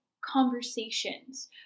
conversations